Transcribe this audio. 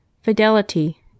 fidelity